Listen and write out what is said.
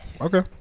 Okay